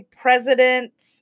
president